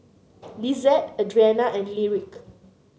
Lisette Adriana and Lyric